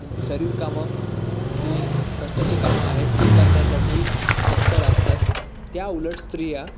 शरीरकामं जे कष्टाचे कामं आहेत ती करण्यासाठी तत्पर असतात त्याउलट स्त्रिया